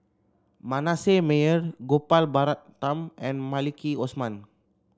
Manasseh Meyer Gopal Baratham and Maliki Osman